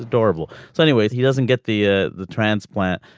adorable. so anyways he doesn't get the ah the transplant.